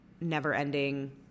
never-ending